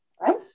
right